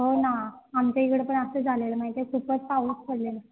हो ना आमच्या इकडे पण असंच झालेलं माहीत आहे खूपच पाऊस पडलेला